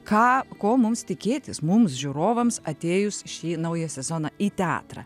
ką ko mums tikėtis mums žiūrovams atėjus šį naują sezoną į teatrą